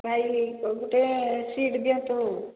ଭାଇ କୋଉଠି ଗୋଟେ ସିଟ୍ ଦିଅନ୍ତୁ